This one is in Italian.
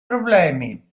problemi